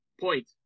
point